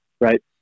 right